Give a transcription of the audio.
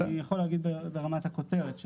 אני כן אגיד ברמת הכותרת,